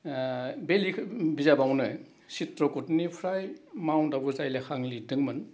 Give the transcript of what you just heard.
बे बिजाबावनो सित्रकटनिफ्राय माउन्ट आबु जाय लेखा आं लेरदोंमोन